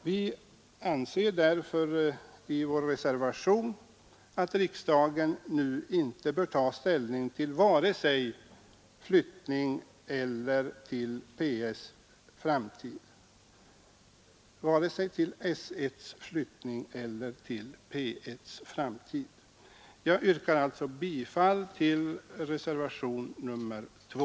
Vi anser därför i vår reservation att riksdagen inte nu bör ta ställning till vare sig S 1:s förflyttning eller P 1:s framtid. Jag yrkar bifall till reservation 2.